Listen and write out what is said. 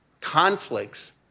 conflicts